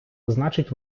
значить